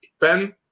Ben